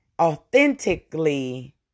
authentically